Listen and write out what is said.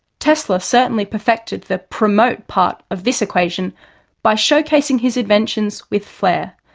tesla certainly perfected the promote part of this equation by showcasing his inventions with flair.